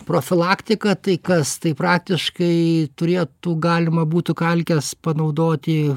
profilaktika tai kas tai praktiškai turėtų galima būtų kalkes panaudoti